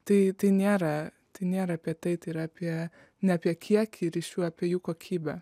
tai tai nėra tai nėra apie tai yra apie ne apie kiekį ryšių apie jų kokybę